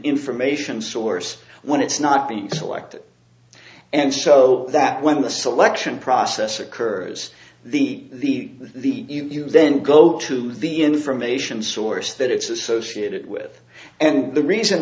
information source when it's not the selected and so that when the selection process occurs the the you then go to the information source that it's associated with and the reason